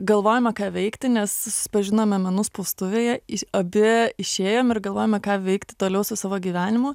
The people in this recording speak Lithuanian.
galvojome ką veikti nes susipažinome menų spaustuvėje abi išėjom ir galvojome ką veikti toliau su savo gyvenimu